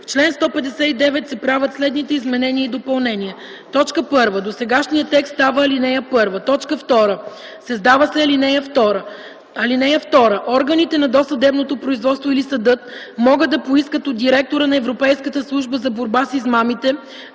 В чл. 159 се правят следните изменения и допълнения: 1. Досегашният текст става ал. 1. 2. Създава се ал. 2: „(2) Органите на досъдебното производство или съдът могат да поискат от директора на Европейската служба за борба с измамите